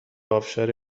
ابشار